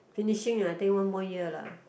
finishing I think one more year lah